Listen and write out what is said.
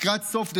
לקראת סוף דצמבר,